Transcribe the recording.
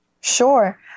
Sure